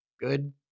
good